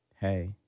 hey